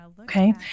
Okay